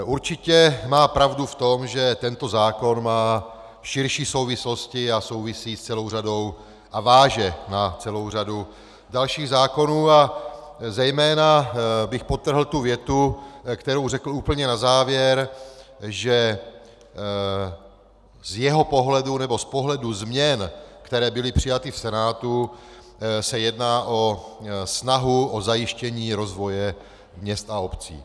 Určitě má pravdu v tom, že tento zákon má širší souvislosti a souvisí s celou řadou a váže na celou řadu dalších zákonů, a zejména bych podtrhl tu větu, kterou řekl úplně na závěr, že z jeho pohledu, nebo z pohledu změn, které byly přijaty v Senátu, se jedná o snahu o zajištění rozvoje měst a obcí.